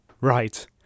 Right